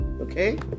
Okay